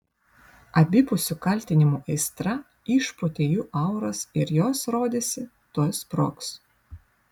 abipusių kaltinimų aistra išpūtė jų auras ir jos rodėsi tuoj sprogs